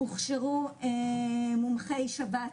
הוכשרו מומחי שבץ,